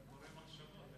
אתה קורא מחשבות.